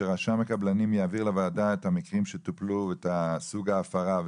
שרשם הקבלנים יעביר לוועדה את המקרים שטופלו ואת סוג ההפרה,